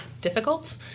difficult